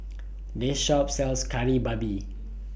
This Shop sells Kari Babi